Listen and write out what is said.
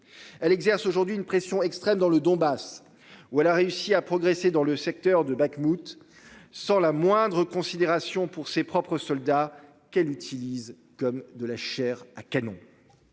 Elle exerce aujourd'hui une pression extrême dans le Donbass, où elle a réussi à progresser dans le secteur de Bakhmout, sans la moindre considération pour ses propres soldats qu'elle utilise comme de la Chair à canon.